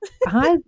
Hi